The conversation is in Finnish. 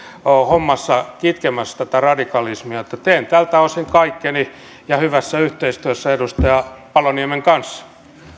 hommassa kitkemässä tätä radikalismia teen tältä osin kaikkeni ja hyvässä yhteistyössä edustaja paloniemen kanssa